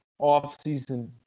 offseason